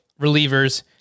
relievers